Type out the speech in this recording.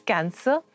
Cancer